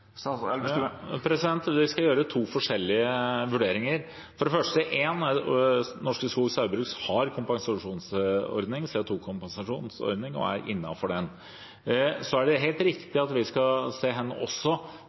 Vi skal gjøre to forskjellige vurderinger. For det første har Norske Skog Saugbrugs CO 2 -kompensasjonsordning og er innenfor den. Så er det helt riktig at vi også